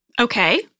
Okay